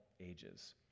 ages